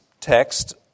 text